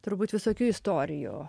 turbūt visokių istorijų